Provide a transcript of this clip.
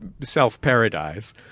self-paradise